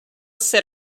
sit